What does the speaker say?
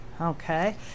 okay